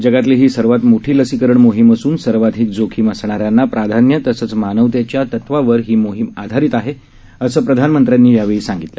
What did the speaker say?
जगातली ही सर्वात मोठी लसीकरण मोहीम असून सर्वाधिक जोखीम असणाऱ्यांना प्राधान्य तसंचमानवतेची तत्वांवर ही मोहीम आधारित आहे असं प्रधानमंत्र्यांनी यावेळी सांगितलं